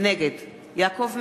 נגד יעקב מרגי,